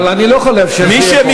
אבל אני לא יכול לאפשר שיהיה פה.